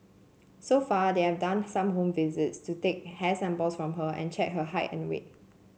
so far they've done some home visits to take hair samples from her and check her height and weight